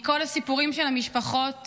מכל הסיפורים של המשפחות